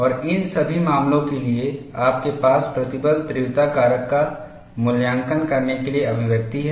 और इन सभी मामलों के लिए आपके पास प्रतिबल तीव्रता कारक का मूल्यांकन करने के लिए अभिव्यक्ति है